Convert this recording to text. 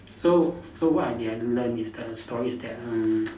so so what I did I learnt is the the story is that err